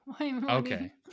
Okay